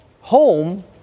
home